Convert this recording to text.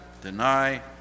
deny